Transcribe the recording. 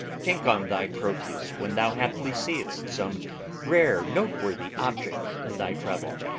think on thy proteus, when thou haply seest some rare noteworthy object in thy travel.